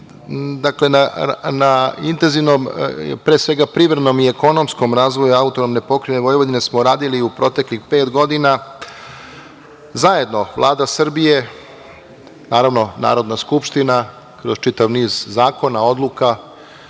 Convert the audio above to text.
na intenzivnom pre svega privrednom i ekonomskom razvoju AP Vojvodine smo radili u proteklih pet godina zajedno Vlada Srbije, naravno, Narodna skupština kroz čitav niz zakona, odluka,